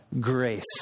grace